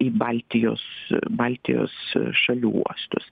į baltijos baltijos šalių uostus